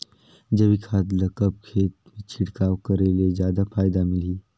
जैविक खाद ल कब खेत मे छिड़काव करे ले जादा फायदा मिलही?